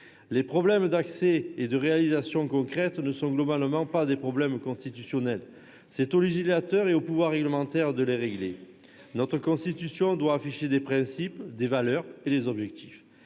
Les problèmes d'accès et de réalisation concrète ne sont globalement pas des problèmes constitutionnels : c'est au législateur et au pouvoir réglementaire de les régler. Notre Constitution doit afficher des principes, des valeurs et des objectifs.